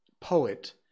poet